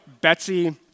Betsy